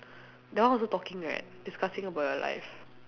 that one also talking right discussing about your life